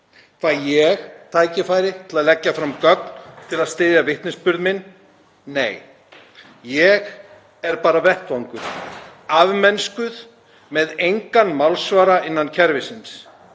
Fæ ég tækifæri til að leggja fram gögn til að styðja minn vitnisburð? Nei. Ég er bara vettvangur. Afmennskuð. Með engan málsvara innan kerfisins.